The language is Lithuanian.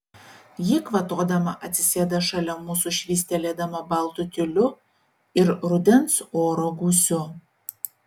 ji kvatodama atsisėda šalia mūsų švystelėdama baltu tiuliu ir rudens oro gūsiu